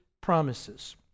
promises